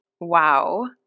Wow